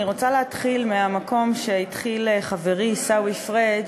אני רוצה להתחיל מהמקום שהתחיל חברי עיסאווי פריג',